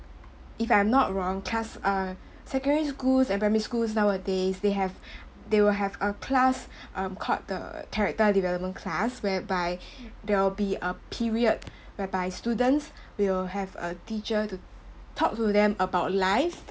if I'm not wrong class uh secondary schools and primary schools nowadays they have they will have a class um called the character development class whereby there will be a period whereby students will have a teacher to talk to them about life